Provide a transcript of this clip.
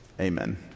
Amen